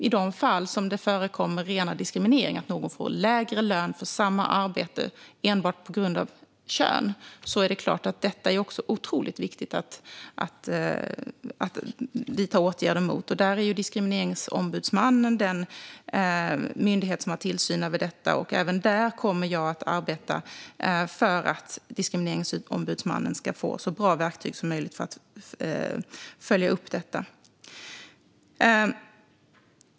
I de fall det förekommer ren diskriminering, att någon får lägre lön för samma arbete enbart på grund av kön, är det såklart otroligt viktigt att vidta åtgärder mot detta. Diskrimineringsombudsmannen är den myndighet som har tillsyn över det här, och jag kommer även att arbeta för att Diskrimineringsombudsmannen ska få så bra verktyg som möjligt för att följa upp detta.